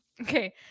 Okay